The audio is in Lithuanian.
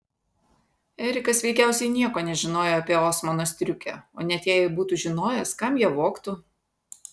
erikas veikiausiai nieko nežinojo apie osmano striukę o net jei būtų žinojęs kam ją vogtų